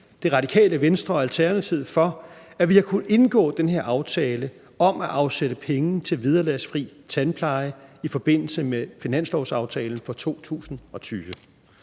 Det Radikale Venstre og Alternativet for, at vi har kunnet indgå den her aftale om at afsætte penge til vederlagsfri tandpleje i forbindelse med finanslovsaftalen for 2020.